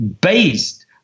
based